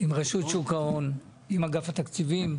ועם אגף התקציבים,